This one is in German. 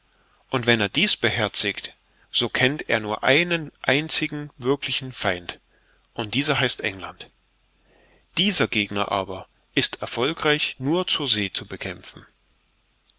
und wenn er dies beherzigt so kennt er nur einen einzigen wirklichen feind und dieser heißt england dieser gegner aber ist erfolgreich nur zur see zu bekämpfen